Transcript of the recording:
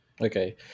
Okay